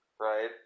Right